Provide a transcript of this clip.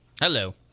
Hello